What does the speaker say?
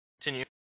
continue